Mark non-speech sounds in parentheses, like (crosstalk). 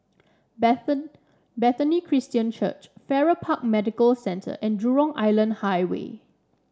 (unintelligible) Bethany Christian Church Farrer Park Medical Centre and Jurong Island Highway